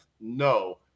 No